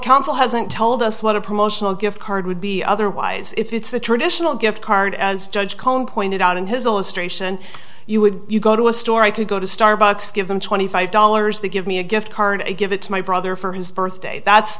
counsel hasn't told us what a promotional gift card would be otherwise if it's a traditional gift card as judge cohen pointed out in his illustration you would you go to a store i could go to starbucks give them twenty five dollars they give me a gift card and give it to my brother for his birthday that's